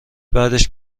بعدش